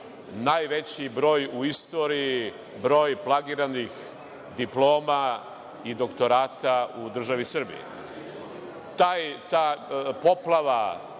najveći broj u istoriji broja plagiranih diploma i doktorata u državi Srbiji. Ta poplava